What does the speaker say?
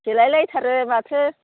सेलायलायथारो माथो